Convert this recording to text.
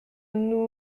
nous